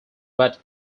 but